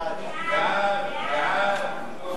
ההצעה להעביר את הצעת חוק הרשויות המקומיות